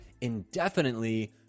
indefinitely